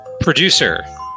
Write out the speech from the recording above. Producer